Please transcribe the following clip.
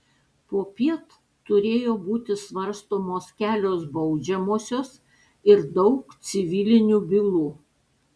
popiet turėjo būti svarstomos kelios baudžiamosios ir daug civilinių bylų